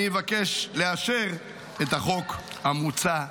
אני אבקש לאשר את החוק המוצע.